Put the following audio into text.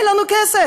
אין לנו כסף.